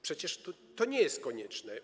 Przecież to nie jest konieczne.